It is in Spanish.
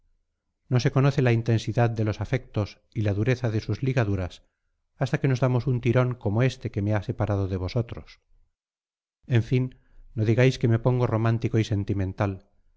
no se conoce la intensidad de los afectos y la dureza de sus ligaduras hasta que nos damos un tirón como este que me ha separado de vosotros en fin no digáis que me pongo romántico y sentimental